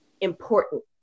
important